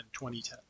2010